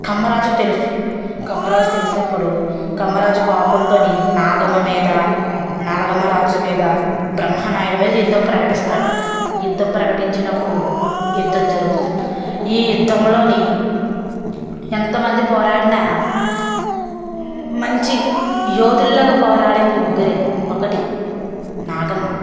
కమ్మరాజుకు తెలుస్తుంది కమ్మరాజుకి తెలిసినప్పుడు కమ్మరాజు కోపంతోని నాగమ్మ మీద నలగామ రాజు మీద బ్రహ్మనాయుడు మీద యుద్ధం ప్రకటిస్తాడు యుద్ధం ప్రకటించినప్పుడు యుద్ధం జరుగుతుంది ఈ యుద్ధంలోని ఎంతమంది పోరాడిన మంచి యోధుల్లాగా పోరాడింది ముగ్గురే ఒకటి నాగమ్మ